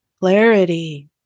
Clarity